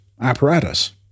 apparatus